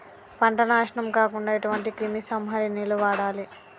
పంట నాశనం కాకుండా ఎటువంటి క్రిమి సంహారిణిలు వాడాలి?